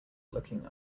looking